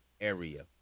area